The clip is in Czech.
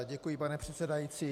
Děkuji, pane předsedající.